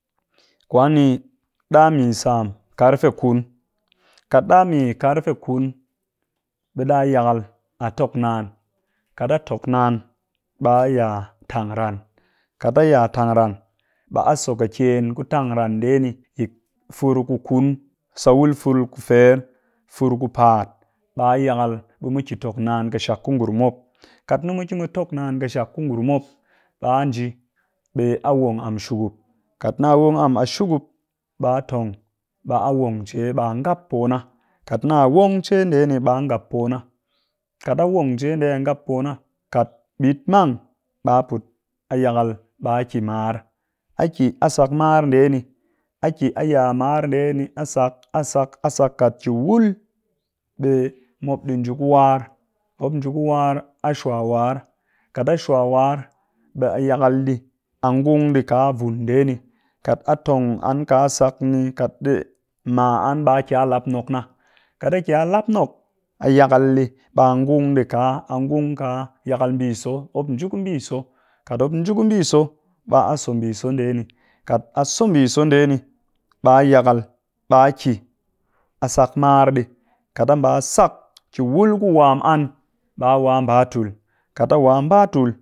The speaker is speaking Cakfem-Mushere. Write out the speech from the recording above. Kwan ni ɗa mi sam yi kafe kun kat ɗa mii yi kafe kun ɓe ɗa yakal a tok naan. kaat a tok naan, ɓa ya tang ran, kat a ya tang ran, ɓa so ƙɨkyen ku tang ran ni yi fur ku kun, sa wul fur ku fer, fur ku paat ba yakal, be mu ki tok naan ƙɨshak ku ngurum mop, kat mu tok naan ƙɨshak ngurum mop, ɓa nji a wong am shukup, kat na wong am shukup, a shukup a tong ɓa a wong cee ɓe ngap po na, kat na wong cee ndee ni ɓa ngap po na, kat a wong cee ndee ni a ngap pona kat ɓit mang a put a yakal a ki mar, a ki a sak mar ndee ni, a ki a ya mar ndee ni, a sak a sak a sak, kat ki wul ɓe mop ɗi nji ku war, mop nji ku war a shu war, kat a shwa war, ɓe a yakal ɗii a ngung dii ka vun ndee ni, kat a tong an ka sak ni kat ɗi ma an ɓa ki a lap nok na, kat a ki a lap nok ɓe a yakal ɗii, ɓa ngung ɗii kaa, a ngung ɗii kaa yakal mbii so mop nji ku mbii so, kat mop ni nji ku mbii so ɓe a so mbii soo ndee ni, kat a so mbii so ndee ni ɓa yakal ɓa ki a sak mar ɗii, kat a mba a sak ki wul ku wam an, ɓe a wa a mba tul, kat a wa a mba tul.